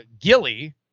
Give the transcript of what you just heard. Gilly